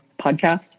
podcast